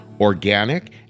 organic